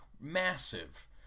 massive